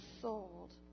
sold